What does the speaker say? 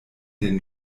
den